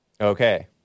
Okay